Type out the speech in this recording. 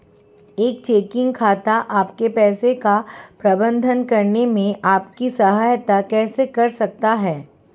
एक चेकिंग खाता आपके पैसे का प्रबंधन करने में आपकी सहायता कैसे कर सकता है?